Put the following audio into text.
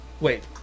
Wait